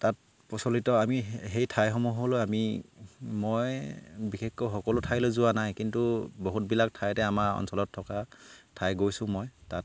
তাত প্ৰচলিত আমি সেই ঠাইসমূহলৈ আমি মই বিশেষকৈ সকলো ঠাইলৈ যোৱা নাই কিন্তু বহুতবিলাক ঠাইতে আমাৰ অঞ্চলত থকা ঠাই গৈছোঁ মই তাত